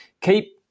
keep